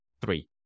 three